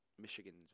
Michigan's